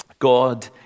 God